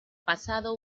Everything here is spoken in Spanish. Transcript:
pasado